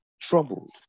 troubled